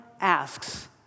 asks